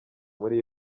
muri